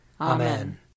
Amen